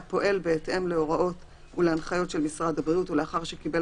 הפועל בהתאם להוראות ולהנחיות של משרד הבריאות ולאחר שקיבל